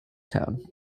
town